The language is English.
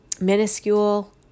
minuscule